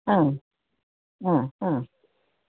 ആ ആ ആ